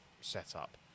setup